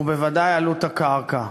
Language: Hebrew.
ובוודאי עלות הקרקע,